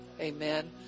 amen